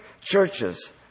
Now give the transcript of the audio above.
churches